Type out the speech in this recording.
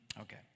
Okay